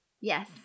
Yes